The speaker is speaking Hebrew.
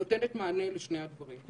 נותנת מענה לשני הדברים.